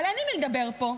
אבל אין עם מי לדבר פה,